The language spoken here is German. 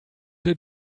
der